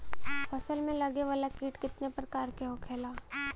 फसल में लगे वाला कीट कितने प्रकार के होखेला?